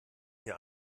hier